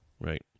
Right